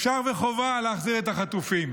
אפשר וחובה להחזיר את החטופים,